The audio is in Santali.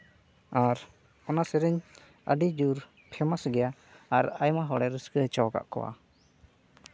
ᱟᱨ ᱚᱱᱟ ᱥᱮᱨᱮᱧ ᱟᱹᱰᱤ ᱡᱳᱨ ᱯᱷᱮᱮᱢᱟᱥ ᱜᱮᱭᱟ ᱟᱨ ᱟᱭᱢᱟ ᱦᱚᱲᱮ ᱨᱟᱹᱥᱠᱟᱹ ᱦᱚᱪᱚ ᱠᱟᱜ ᱠᱚᱣᱟ